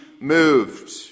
moved